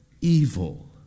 evil